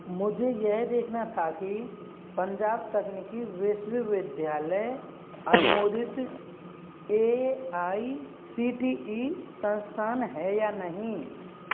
मुझे यह देखना था कि पंजाब तकनीकी विश्वविद्यालय अनुमोदित A I C T E संस्थान है या नहीं